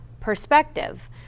Perspective